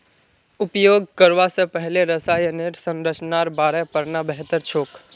उपयोग करवा स पहले रसायनेर संरचनार बारे पढ़ना बेहतर छोक